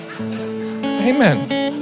amen